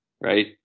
right